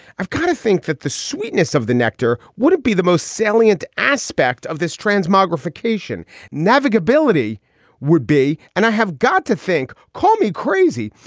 i've kind of think that the sweetness of the nectar wouldn't be the most salient aspect of this transmogrification narvik ability would be. and i have got to think. call me crazy.